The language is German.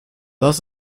das